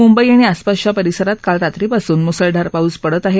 मुंबई आणि आसपाच्या परिसरात काल रात्रीपासून मुसळधार पाऊस पडत आहे